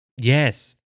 Yes